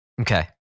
Okay